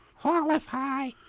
qualify